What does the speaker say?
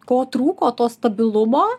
ko trūko to stabilumo